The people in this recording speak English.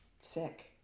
sick